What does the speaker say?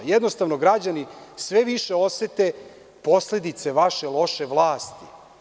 Jednostavno, građani sve više osete posledice vaše loše vlasti.